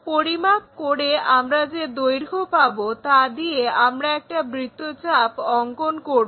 পরিমাপ করে আমরা যে দৈর্ঘ্য পাবো তা দিয়ে আমরা একটা বৃত্তচাপ অঙ্কন করব